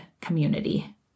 community